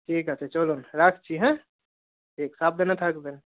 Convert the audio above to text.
ঠিক আছে চলুন রাখছি হ্যাঁ সাবধানে থাকবেন